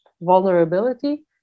vulnerability